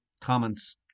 comments